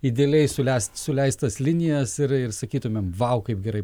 idealiai sulest suleistas linijas ir ir sakytumėm vau kaip gerai